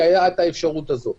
כי היתה האפשרות הזאת,